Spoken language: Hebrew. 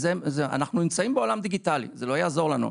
אנחנו נמצאים בעולם דיגיטלי, זה לא יעזור לנו.